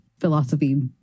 philosophy